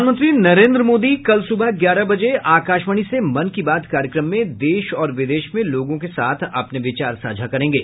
प्रधानमंत्री नरेन्द्र मोदी कल सुबह ग्यारह बजे आकाशवाणी से मन की बात कार्यक्रम में देश और विदेश में लोगों के साथ अपने विचार साझा करेंगे